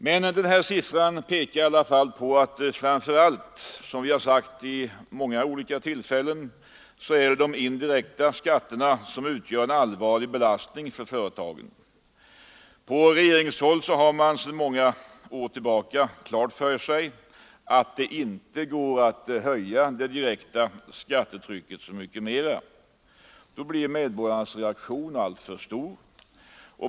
Men siffrorna pekar i alla fall på att framför allt de indirekta skatterna utgör en mycket allvarlig belastning för företagen. På regeringshåll har man sedan några år fått klart för sig att det inte går att höja det direkta skattetrycket så mycket mer. Då blir medborgarnas reaktion för stark.